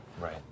Right